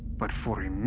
but for